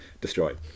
destroyed